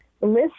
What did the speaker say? list